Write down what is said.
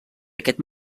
aquest